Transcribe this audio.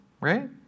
right